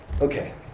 Okay